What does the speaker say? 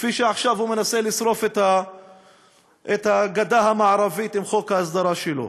כפי שעכשיו הוא מנסה לשרוף את הגדה המערבית עם חוק ההסדרה שלו,